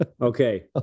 Okay